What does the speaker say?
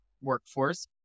workforce